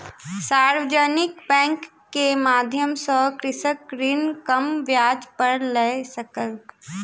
सार्वजानिक बैंक के माध्यम सॅ कृषक ऋण कम ब्याज पर लय सकल